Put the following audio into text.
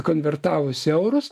konvertavus į eurus